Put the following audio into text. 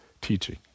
teaching